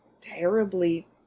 terribly